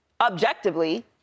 objectively